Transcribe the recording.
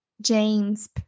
James